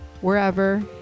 wherever